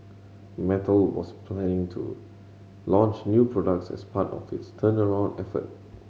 Mattel was planning to launch new products as part of its turnaround effort